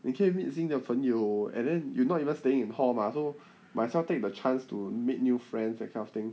你可以 meet 新的朋友 and then you not even staying in hall mah so might as well take the chance to meet new friends that kind of thing